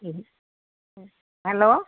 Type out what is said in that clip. hello